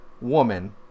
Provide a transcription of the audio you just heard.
woman